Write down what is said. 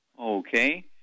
Okay